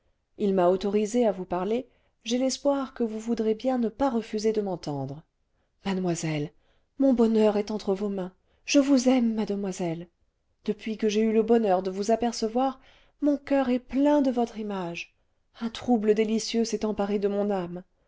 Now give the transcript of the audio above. il m'a autorisé à vous parler j'ai l'espoir que vous voudrez bien ne pas refuser de m'entendre mademoiselle mon bonheur est entre vos mains je vous aime mademoiselle depuis que j'ai eu le bonheur de vous apercevoir mon coeur est plein de votre image un trouble délicieux s'est emparé de mon âme